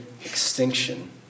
extinction